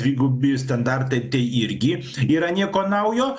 dvigubi standartai tai irgi yra nieko naujo